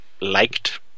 liked